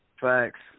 Thanks